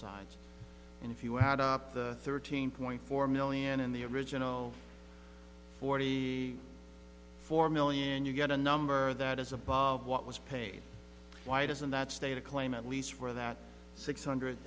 sides and if you add up the thirteen point four million in the original forty four million and you get a number that is above what was paid why doesn't that state a claim at least for that six hundred